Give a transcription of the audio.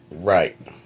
right